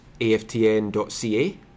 AFTN.ca